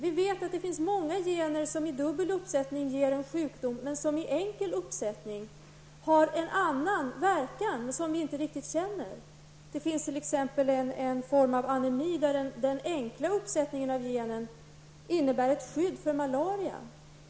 Vi vet att det finns många gener, som i dubbel uppsättning ger en sjukdom men som i enkel uppsättning har en annan verkan, som vi inte riktigt känner till. Det finns t.ex. en form av anemi, där en enkel uppsättning av en gen innebär ett skydd mot malaria.